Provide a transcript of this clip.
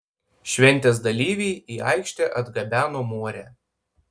šventės dalyviai į aikštę atgabeno morę